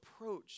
approach